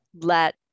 let